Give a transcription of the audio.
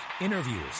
interviews